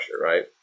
right